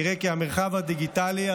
נראה כי המרחב הדיגיטלי,